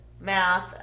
math